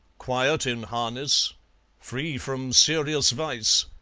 quiet in harness free from serious vice,